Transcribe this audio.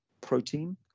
protein